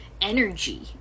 energy